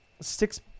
six